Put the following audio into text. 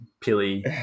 Pilly